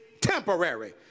temporary